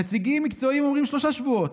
נציגים מקצועיים אומרים שלושה שבועות,